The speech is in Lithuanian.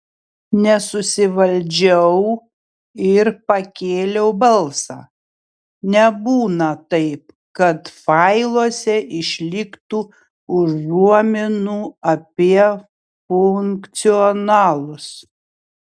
nesusivaldžiau ir pakėliau balsą nebūna taip kad failuose išliktų užuominų apie funkcionalus